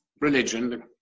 religion